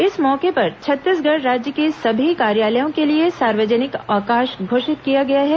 इस मौके पर छत्तीसगढ़ राज्य के सभी कार्यालयों के लिए सार्वजनिक अवकाश घोषित किया गया है